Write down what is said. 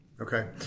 okay